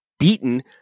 beaten